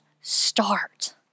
start